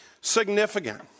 significant